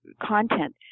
content